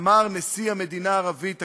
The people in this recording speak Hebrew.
אמר נשיא המדינה הערבית הגדולה,